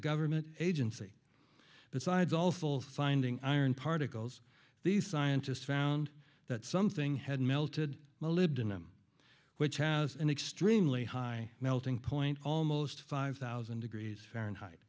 government agency that sides all full finding iron particles these scientists found that something had melted molybdenum which has an extremely high melting point almost five thousand degrees fahrenheit